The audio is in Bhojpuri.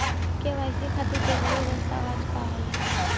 के.वाइ.सी खातिर जरूरी दस्तावेज का का होला?